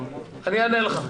אני אענה לך.